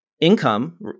income